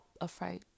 afraid